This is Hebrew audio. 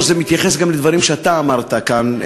זה מתייחס גם לדברים שאתה אמרת כאן,